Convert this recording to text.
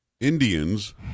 Indians